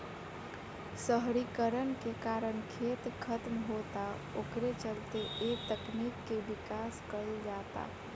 शहरीकरण के कारण खेत खतम होता ओकरे चलते ए तकनीक के विकास कईल जाता